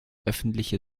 öffentliche